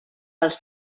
els